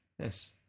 yes